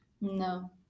No